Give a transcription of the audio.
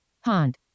hunt